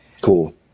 Cool